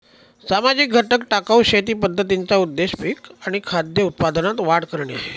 सामाजिक घटक टिकाऊ शेती पद्धतींचा उद्देश पिक आणि खाद्य उत्पादनात वाढ करणे आहे